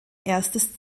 erstes